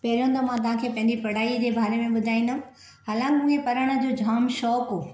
पहिरियों त मां तव्हांखे पंहिंजी पढ़ाईअ जे बारे में ॿुधाईंदमि हालाकी मूंखे पढ़ण जो जाम शौक़ु हुओ